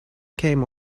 came